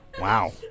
Wow